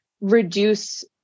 reduce